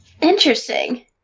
interesting